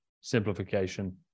Simplification